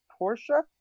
Porsche